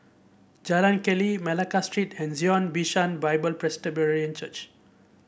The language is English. Jalan Keli Malacca Street and Zion Bishan Bible Presbyterian Church